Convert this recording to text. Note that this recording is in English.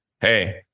hey